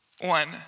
One